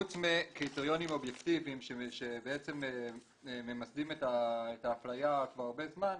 חוץ מקריטריונים אובייקטיבים שבעצם ממסדים את האפליה כבר הרבה זמן,